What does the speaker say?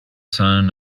son